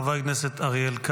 חבר הכנסת אריאל,